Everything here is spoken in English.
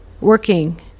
working